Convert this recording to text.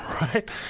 right